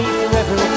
forever